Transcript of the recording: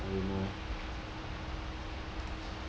oh I don't know eh